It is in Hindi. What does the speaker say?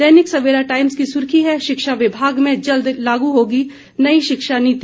दैनिक सवेरा टाइम्स की सुर्खी है शिक्षा विभाग में जल्द लागू होगी नई शिक्षा नीति